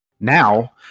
Now